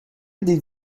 did